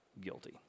guilty